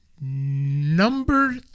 number